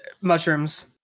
mushrooms